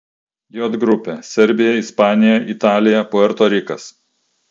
j grupė serbija ispanija italija puerto rikas